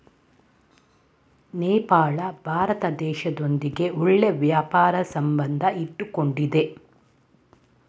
ನೇಪಾಳ ಭಾರತ ದೇಶದೊಂದಿಗೆ ಒಳ್ಳೆ ವ್ಯಾಪಾರ ಸಂಬಂಧ ಇಟ್ಕೊಂಡಿದ್ದೆ